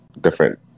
different